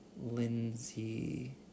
Lindsay